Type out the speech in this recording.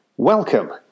Welcome